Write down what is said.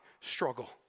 struggle